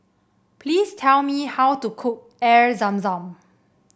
please tell me how to cook Air Zam Zam